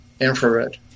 infrared